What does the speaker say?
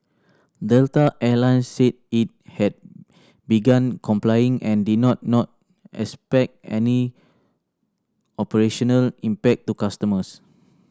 Delta Air Lines said it had begun complying and did not not expect any operational impact to customers